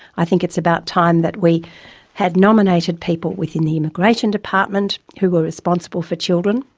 i think it's about time that we had nominated people within the immigration department who were responsible for children.